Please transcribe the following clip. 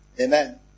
Amen